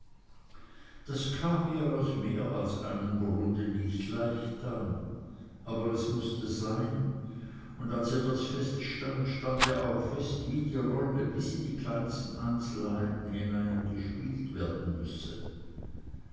das kam ihr aus mehr als einem grunde nicht leicht an aber es mußte sein und als ihr das feststand stand ihr auch fest wie die rolle bis in die kleinsten einzelheiten hinein gespielt werden müsse